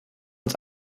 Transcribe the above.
uns